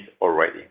already